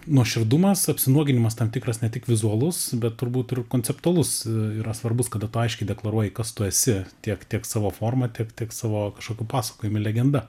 nuoširdumas apsinuoginimas tam tikras ne tik vizualus bet turbūt ir konceptualus yra svarbus kada tu aiškiai deklaruoji kas tu esi tiek tiek savo forma tiek tiek savo kažkokiu pasakojimu legenda